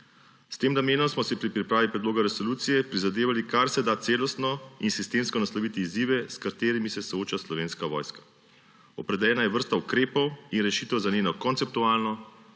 S tem namenom smo si pri pripravi predloga resolucije prizadevali kar se da celostno in sistemsko nasloviti izzive, s katerimi se sooča Slovenska vojska. Opredeljena je vrsta ukrepov in rešitev za njeno konceptualno,